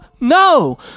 No